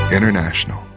International